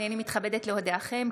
הינני מתכבדת להודיעכם,